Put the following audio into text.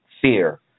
fear